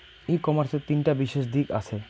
ই কমার্সের তিনটা বিশেষ দিক আছে